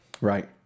Right